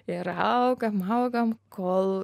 ir augam augam kol